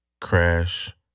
Crash